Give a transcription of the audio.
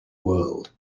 world